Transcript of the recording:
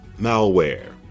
malware